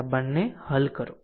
અને આ બેને હલ કરો